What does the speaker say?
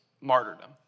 martyrdom